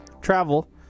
travel